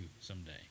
someday